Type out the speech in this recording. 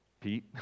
Pete